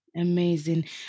Amazing